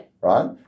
Right